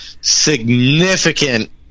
significant